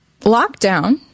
lockdown